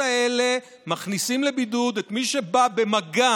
האלה מכניסים לבידוד את מי שבא במגע